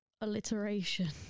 alliteration